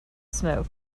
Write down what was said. smoke